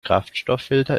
kraftstofffilter